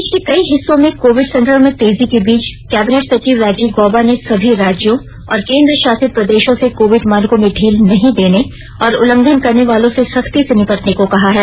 देश के कई हिस्सों में कोविड संक्रमण में तेजी के बीच कैबिनेट सचिव राजीव गौबा ने सभी राज्यों और केन्द्र शासित प्रदेशों से कोविड मानकों में ढील नहीं देने और उल्लंघन करने वालों से सख्ती से निपटने को कहा है